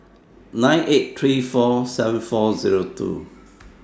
nine eight three four seven four Zero two